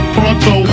Pronto